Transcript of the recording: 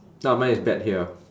orh mine is bet here